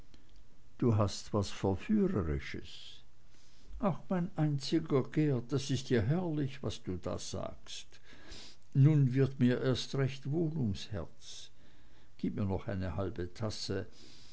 du hast was verführerisches ach mein einziger geert das ist ja herrlich was du da sagst nun wird mir erst recht wohl ums herz gib mir noch eine halbe tasse